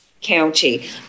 County